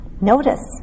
Notice